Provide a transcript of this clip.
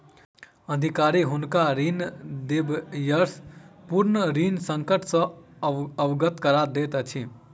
अधिकारी हुनका ऋण देबयसॅ पूर्व ऋण संकट सॅ अवगत करा दैत अछि